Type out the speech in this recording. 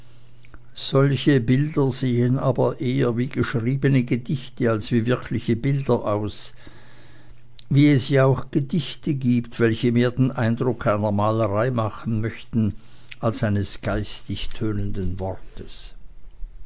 solche bilder sehen aber eher wie geschriebene gedichte als wie wirkliche bilder aus wie es ja auch gedichte gibt welche mehr den eindruck einer malerei machen möchten als eines geistig tönenden wortes